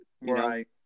Right